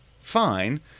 fine